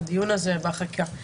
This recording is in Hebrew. הדיון הזה והחקיקה.